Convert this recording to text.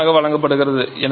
9 ஆக வழங்கப்படுகிறது